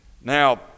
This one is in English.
Now